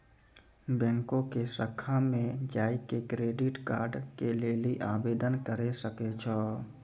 बैंको के शाखा मे जाय के क्रेडिट कार्ड के लेली आवेदन करे सकै छो